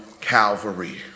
Calvary